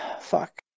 fuck